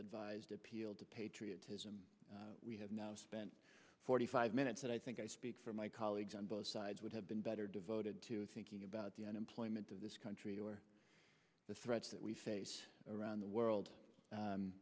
advised appeal to patriotism we have spent forty five minutes and i think i speak for my colleagues on both sides would have been better devoted to thinking about the unemployment of this country or the threats that we face around the world